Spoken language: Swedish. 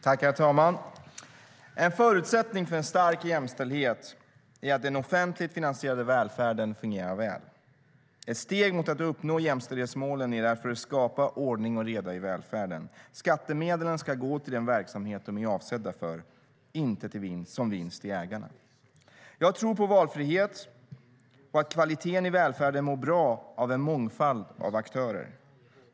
Herr talman! En förutsättning för en stark jämställdhet är att den offentligt finansierade välfärden fungerar väl. Ett steg mot att uppnå jämställdhetsmålen är därför att skapa ordning och reda i välfärden. Skattemedlen ska gå till den verksamhet de är avsedda för och inte som vinst till ägarna. Jag tror på valfrihet och att kvaliteten i välfärden mår bra av en mångfald av aktörer.